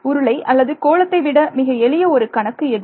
உருளை அல்லது கோளத்தை விட மிக எளிய ஒரு கணக்கு எது